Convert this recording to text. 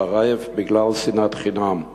שחרב בגלל שנאת חינם,